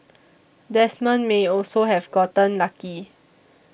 Desmond may also have gotten lucky